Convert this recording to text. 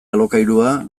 alokairua